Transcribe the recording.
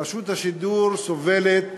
רשות השידור סובלת